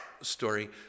story